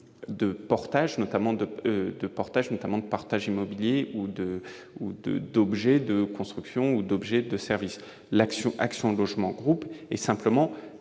de portage, notamment de portage immobilier ou d'objets de construction ou de services. Action Logement Groupe est simplement